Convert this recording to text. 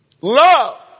Love